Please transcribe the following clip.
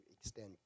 extend